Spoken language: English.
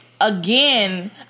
Again